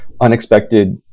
unexpected